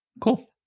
Cool